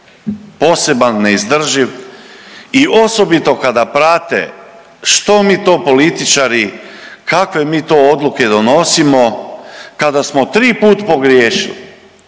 poseban neizdrživ i osobito kada prate što mi to političari, kakve mi to odluke donosimo kada smo tri put pogriješili.